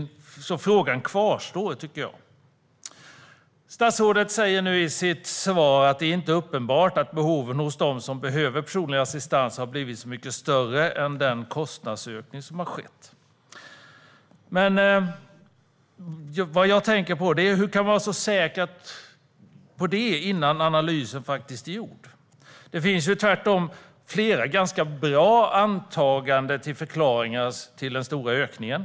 Frågan kvarstår alltså, tycker jag. Statsrådet säger nu i sitt svar att det inte är uppenbart att behoven hos dem som behöver personlig assistans har blivit så mycket större att det motiverar den kostnadsökning som har skett. Men hur kan man vara så säker på det innan analysen är gjord? Det finns ju flera ganska bra antaganden som förklarar den stora ökningen.